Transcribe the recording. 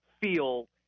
feel